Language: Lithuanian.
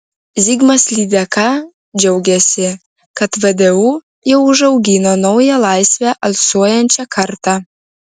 zigmas lydeka džiaugėsi kad vdu jau užaugino naują laisve alsuojančią kartą